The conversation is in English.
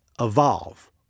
evolve